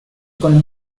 con